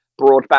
broadband